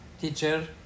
teacher